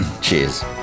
Cheers